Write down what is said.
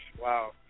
wow